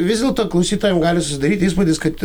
vis dėlto klausytojam gali susidaryti įspūdis kad